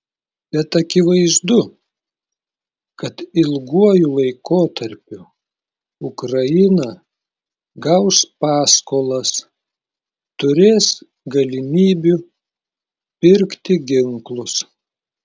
bet akivaizdu kad ilguoju laikotarpiu ukraina gaus paskolas turės galimybių pirkti ginklus